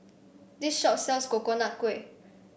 this shop sells Coconut Kuih